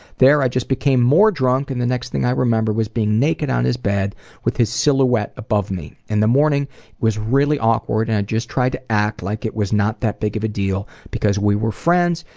there, i just became more drunk, and the next thing i remember was being naked on his bed with his silhouette above me. in the morning it was really awkward, and i just tried to act like it was not that big of a deal because we were friends,